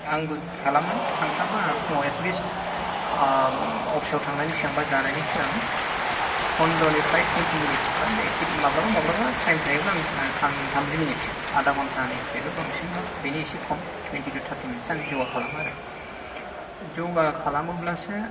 आंबो खालामो सानफ्रामबो आहा फुङाव एटलिस्ट अफिसाव थांनायनि सिगां बा जानायनि सिगां फन्द्र'निफ्राय टुइन्टि मिनिटसिम बा माब्लाबा माब्लाबा टाइम थायोब्ला आं थाम थामजि मिनिट आधा घन्टानिख्रुइबो बांसिन बा बेनि इसे खम twenty to thirty minute so आं योगा खालामो आरो योगा खालामोब्लासो